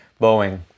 Boeing